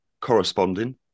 corresponding